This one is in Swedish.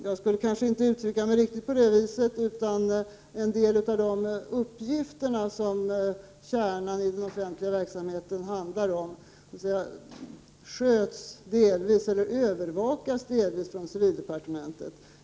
Jag skulle kanske inte uttrycka mig riktigt på det viset, utan jag menar att en del av de uppgifter som kärnan i den offentliga verksamheten handlar om sköts eller övervakas delvis från civildepartementet.